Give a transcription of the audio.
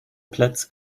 platz